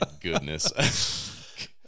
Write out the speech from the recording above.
goodness